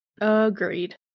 Agreed